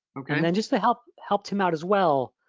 yeah and and just to help help tim out as well,